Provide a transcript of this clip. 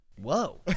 Whoa